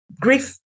grief